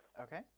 Okay